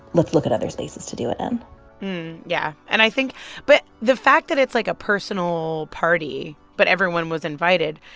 let's look at other spaces to do it in yeah. and i think but the fact that it's, like, a personal party, but everyone was invited,